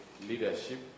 leadership